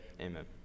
amen